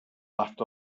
laughed